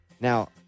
Now